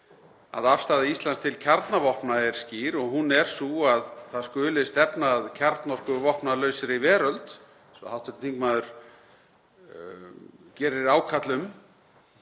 að afstaða Íslands til kjarnavopna er skýr og hún er sú að það skuli stefna að kjarnorkuvopnalausri veröld, eins og hv. þingmaður gerir ákall um,